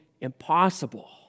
impossible